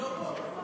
מי